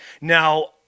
Now